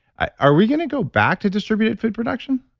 ah are we going to go back to distributed food production?